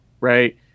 Right